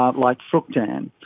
um like fructan.